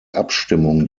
abstimmung